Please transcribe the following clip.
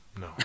no